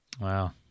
wow